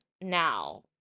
now